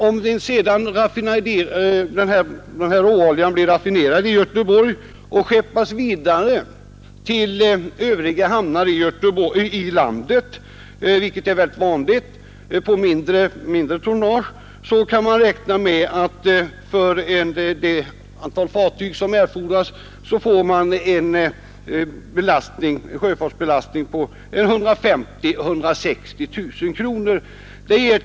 Om sedan råoljan raffineras i Göteborg och skeppas vidare på mindre tonnage till övriga hamnar i landet, vilket är rätt vanligt, kan man räkna med att man för det antal fartyg som erfordras får en sjöfartsbelastning på 150 000-160 000 kronor.